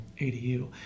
ADU